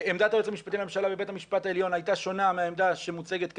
עמדת היועץ המשפטי בבית המשפט העליון הייתה שונה מהעמדה שמוצגת כרגע,